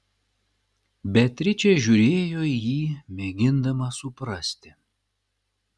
beatričė žiūrėjo į jį mėgindama suprasti